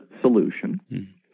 solution